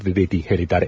ದ್ವಿವೇದಿ ಹೇಳಿದ್ದಾರೆ